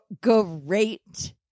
great